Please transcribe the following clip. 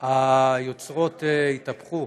היוצרות התהפכו,